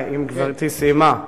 אם גברתי סיימה.